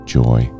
joy